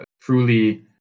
truly